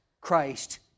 Christ